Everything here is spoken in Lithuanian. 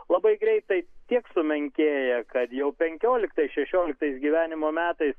labai greitai tiek sumenkėja kad jau penkioliktais šešioliktais gyvenimo metais